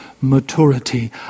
maturity